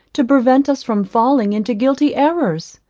to prevent us from falling into guilty errors?